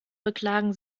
beklagen